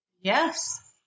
Yes